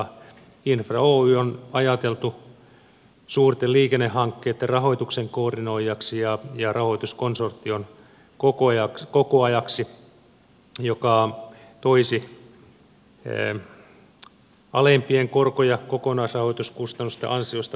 infra oy on ajateltu suurten liikennehankkeitten rahoituksen koordinoijaksi ja rahoituskonsortion kokoajaksi joka toisi alempien korko ja kokonaisrahoituskustannusten ansiosta kustannussäästöjä